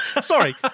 Sorry